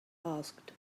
asked